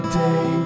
day